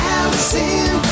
Allison